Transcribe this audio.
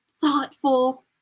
thoughtful